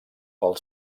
pel